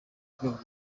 rwego